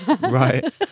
Right